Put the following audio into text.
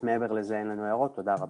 מעבר לזה אין לנו הערות, תודה רבה.